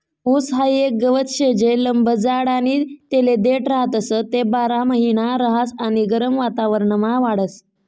ऊस हाई एक गवत शे जे लंब जाड आणि तेले देठ राहतस, ते बारामहिना रहास आणि गरम वातावरणमा वाढस